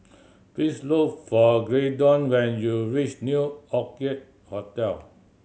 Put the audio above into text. please look for Graydon when you reach New Orchid Hotel